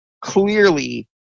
clearly